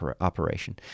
operation